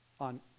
on